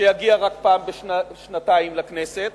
שיגיע רק פעם בשנתיים לכנסת,